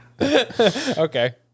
Okay